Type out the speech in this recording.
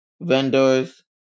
vendors